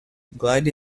glide